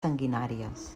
sanguinàries